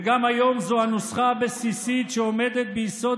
וגם היום זו הנוסחה הבסיסית שעומדת ביסוד